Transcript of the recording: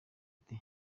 ati